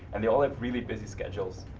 and they all have really busy schedules.